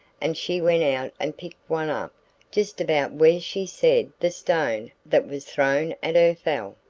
and she went out and picked one up just about where she said the stone that was thrown at her fell.